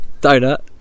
Donut